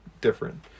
different